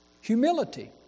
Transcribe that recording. Humility